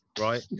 right